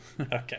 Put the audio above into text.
Okay